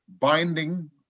binding